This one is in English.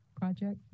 project